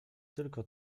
tylko